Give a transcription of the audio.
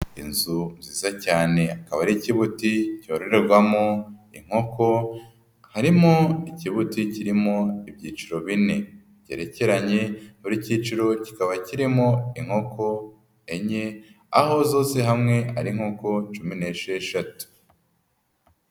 Inzu nziza cyane akaba ari ikibuti cyororerwamowo inkoko, harimo ikibuti kirimo ibyiciro bine byerekeranye buri cyiciro kikaba kirimo inkoko enye aho zose hamwe ari nkuko cumi n'esheshatu.